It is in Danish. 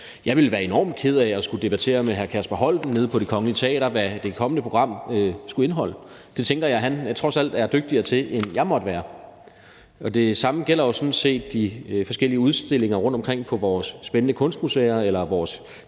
Jeg ville være enormt ked af at skulle debattere med hr. Kasper Holten nede på Det Kongelige Teater, hvad det kommende program skulle indeholde. Det tænker jeg at han trods alt er dygtigere til, end jeg måtte være. Det samme gælder jo sådan set de forskellige udstillinger rundtomkring på vores spændende kunstmuseer eller vores